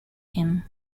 him